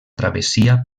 travessia